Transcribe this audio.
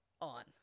on